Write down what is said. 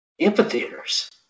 amphitheaters